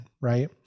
right